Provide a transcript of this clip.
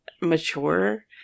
mature